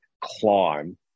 climb